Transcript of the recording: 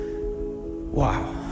Wow